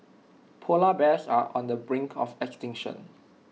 Polar Bears are on the brink of extinction